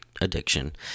addiction